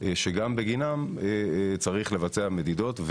שגם בגינם צריך לבצע מדידות,